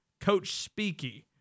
coach-speaky